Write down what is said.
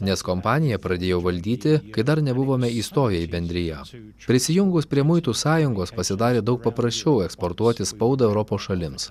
nes kompaniją pradėjau valdyti kai dar nebuvome įstoję į bendriją prisijungus prie muitų sąjungos pasidarė daug paprasčiau eksportuoti spaudą europos šalims